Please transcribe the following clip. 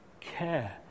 care